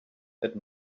that